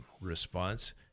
response